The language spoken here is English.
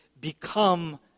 become